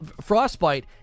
frostbite